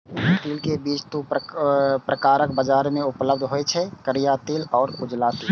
तिल के बीज दू प्रकारक बाजार मे उपलब्ध होइ छै, करिया तिल आ उजरा तिल